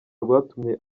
rwatumye